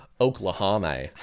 Oklahoma